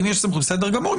אם יש סמכות זה בסדר גמור.